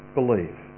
believe